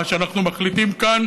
מה שאנחנו מחליטים כאן